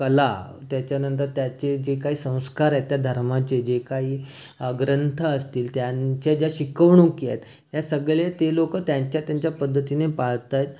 कला त्याच्यानंतर त्याचे जे काय संस्कार आहेत त्या धर्माचे जे काय ग्रंथ असतील त्यांच्या ज्या शिकवणुकी आहेत त्या सगळ्या ते लोकं त्यांच्या त्यांच्या पद्धतीने पाळत आहेत